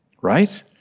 right